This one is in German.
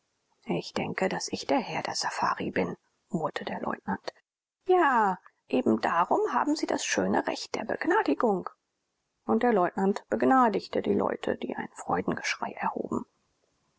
ich denke daß ich der herr der safari bin murrte der leutnant ja eben darum haben sie das schöne recht der begnadigung und der leutnant begnadigte die leute die ein freudengeschrei erhoben